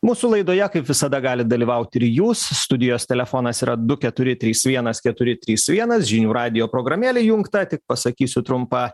mūsų laidoje kaip visada gali dalyvaut ir jūs studijos telefonas yra du keturi trys vienas keturi trys vienas žinių radijo programėlė įjungta tik pasakysiu trumpą